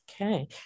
Okay